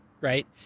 right